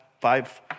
five